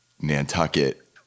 Nantucket